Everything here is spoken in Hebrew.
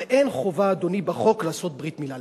הרי אין חובה, אדוני, בחוק, לעשות ברית-מילה.